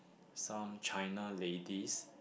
some China ladies